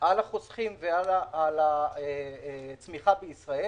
החוסכים ועל המשק הישראלי.